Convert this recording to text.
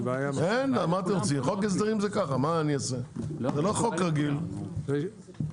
גם ככה מועד התחילה הסופי של החלק השני הוא אחרי שנה.